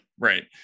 right